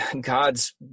God's